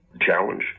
challenge